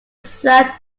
south